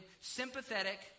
sympathetic